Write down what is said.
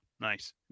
Nice